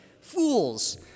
fools